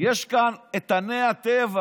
יש כאן איתני הטבע.